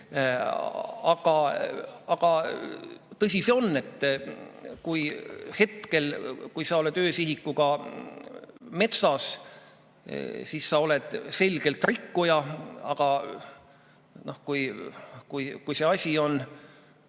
Aga tõsi see on, et kui sa praegu oled öösihikuga metsas, siis sa oled selgelt rikkuja, aga kui see asi on